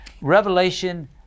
Revelation